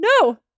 No